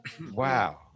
Wow